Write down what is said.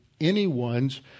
anyone's